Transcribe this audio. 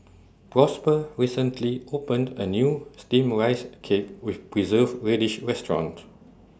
Prosper recently opened A New Steamed Rice Cake with Preserved Radish Restaurant